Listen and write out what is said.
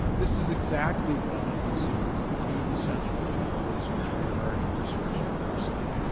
this is exactly why vcu is the quintessential twenty first century american research university.